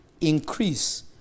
increase